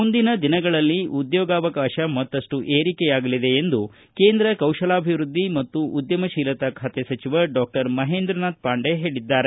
ಮುಂದಿನ ದಿನಗಳಲ್ಲಿ ಉದ್ಯೋಗಾವಕಾಶ ಮತ್ತಷ್ಟು ಏರಿಕೆಯಾಗಲಿದೆ ಎಂದು ಕೇಂದ್ರ ಕೌಶಲ್ಕಾಣಿವೃದ್ಧಿ ಮತ್ತು ಉದ್ಯಮಶೀಲತೆ ಖಾತೆ ಸಚಿವ ಡಾಕ್ಷರ್ ಮಹೇಂದ್ರನಾಥ್ ಪಾಂಡೆ ಹೇಳಿದ್ದಾರೆ